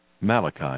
Malachi